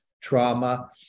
trauma